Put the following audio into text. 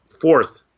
Fourth